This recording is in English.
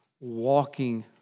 walking